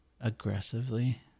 aggressively